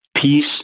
Peace